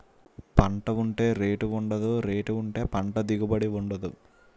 పంట ఉంటే రేటు ఉండదు, రేటు ఉంటే పంట దిగుబడి ఉండదు